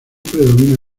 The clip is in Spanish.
predomina